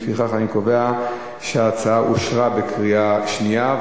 לפיכך אני קובע שההצעה אושרה בקריאה שנייה.